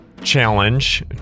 challenge